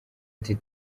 ati